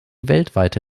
weltweite